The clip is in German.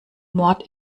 mord